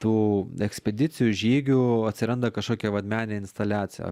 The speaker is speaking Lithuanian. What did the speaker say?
tų ekspedicijų žygių atsiranda kažkokia vat meninė instaliacija